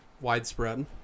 widespread